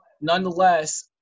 nonetheless